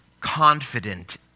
confident